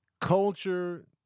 culture